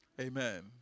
Amen